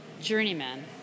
journeyman